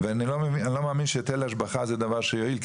ואני לא מאמין שהיטל השבחה זה דבר שהוא יעיל,